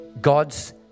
God's